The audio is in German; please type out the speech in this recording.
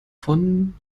von